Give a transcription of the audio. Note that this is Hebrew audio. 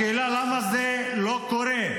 השאלה היא למה זה לא קורה,